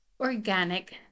Organic